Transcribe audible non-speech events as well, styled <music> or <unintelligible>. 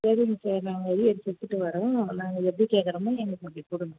சரிங்க சார் நாங்கள் <unintelligible> எடுத்துகிட்டு வரோம் நாங்கள் எப்படி கேட்கறமோ எங்களுக்கு அப்படி கொடுங்க